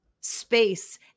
space